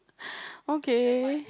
okay